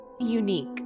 unique